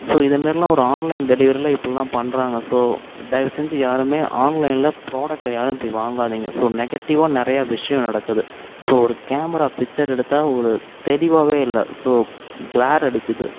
so இது மாரிலாம் ஒரு ஆன்லைனில் டெலிவரியில் இப்படிலாம் பண்ணுறாங்க ஸோ தயவு செஞ்சு யாரும் ஆன்லைனில் ப்ராடக்ட்டை யாரும் இப்படி வாங்காதிங்க ஸோ நெகடிவ்வாக நிறையா விஷயம் நடக்குது ஸோ ஒரு கேமரா பிக்சர் எடுத்தால் ஒரு தெளிவாகவே இல்லை ஸோ க்ளார் அடிக்குது